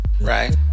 Right